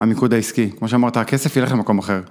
המיקוד העסקי. כמו שאמרת, הכסף הלך למקום אחר.